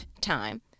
time